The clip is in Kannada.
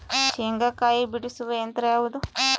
ಶೇಂಗಾಕಾಯಿ ಬಿಡಿಸುವ ಯಂತ್ರ ಯಾವುದು?